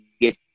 get